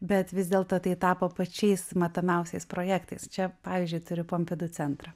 bet vis dėlto tai tapo pačiais matomiausias projektais čia pavyzdžiui turiu pompidu centrą